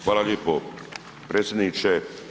Hvala lijepo predsjedniče.